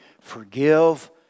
forgive